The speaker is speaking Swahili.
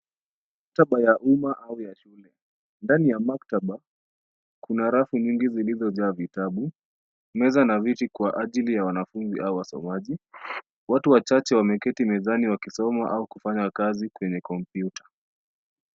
Maktaba ya umma au ya shule. Ndani ya maktaba kuna rafu nyingi zilizojaa vitabu, meza na viti kwa ajili ya wanafunzi au wasomaji. Watu wachache wameketi mezani wakisoma au kufanya kazi kwenye kompyuta.